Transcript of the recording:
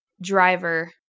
Driver